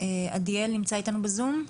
עדיאל נמצא איתנו בזום?